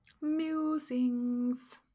Musings